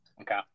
Okay